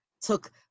took